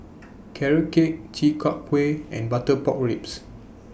Carrot Cake Chi Kak Kuih and Butter Pork Ribs